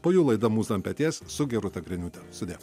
po jų laida mūza ant peties su gerūta griniūte sudie